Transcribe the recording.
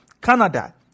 Canada